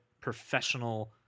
professional